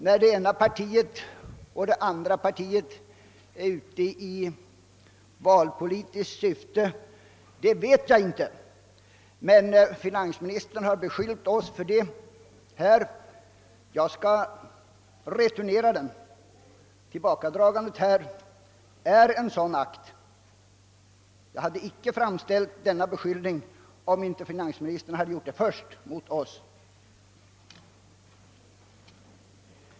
När det ena partiet och det andra partiet är ute i valpolitiskt syfte vet jag inte, men finansministern har beskyllt oss för att vara det här. Jag skall returnera denna beskyllning. Tillbakadragandet av propositionen är en sådan akt. Jag hade icke framställt denna beskyllning, om inte finansministern först hade riktat beskyllningen mot oss.